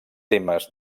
temes